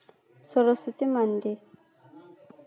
Saraswati Mandi